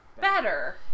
better